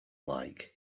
like